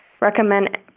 recommend